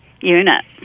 unit